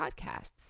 Podcasts